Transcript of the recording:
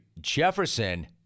Jefferson